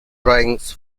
drawings